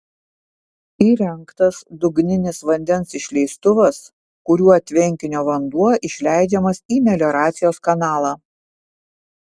įrengtas dugninis vandens išleistuvas kuriuo tvenkinio vanduo išleidžiamas į melioracijos kanalą